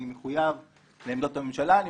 אני מחויב לעמדות הממשלה,